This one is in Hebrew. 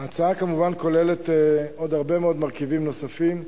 ההצעה כוללת כמובן עוד הרבה מאוד מרכיבים נוספים.